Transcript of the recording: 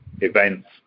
events